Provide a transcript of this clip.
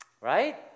right